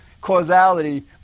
causality